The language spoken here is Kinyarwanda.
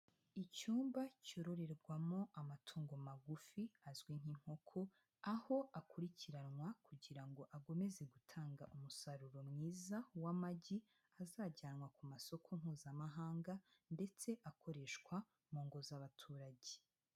Icyumba cyororerwamo amatungo magufi azwi nk'inkoko aho akurikiranwa kugira ngo akomeze gutanga umusaruro mwiza w'amagi azajyanwa ku masoko mpuzamahanga ndetse akoreshwa mu ngo z'abaturage.